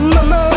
Mama